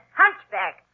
hunchback